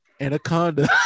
Anaconda